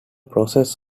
process